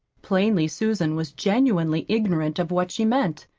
plainly susan was genuinely ignorant of what she meant.